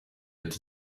ati